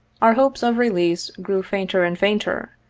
our hopes of release grew fainter and fainter,